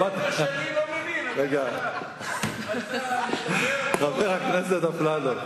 זה מה שאני לא מבין, חבר הכנסת אפללו.